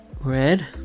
Red